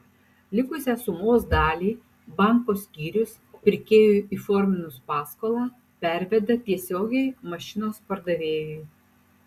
likusią sumos dalį banko skyrius pirkėjui įforminus paskolą perveda tiesiogiai mašinos pardavėjui